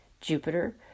Jupiter